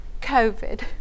COVID